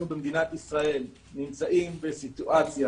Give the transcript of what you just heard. אנחנו במדינת ישראל נמצאים בסיטואציה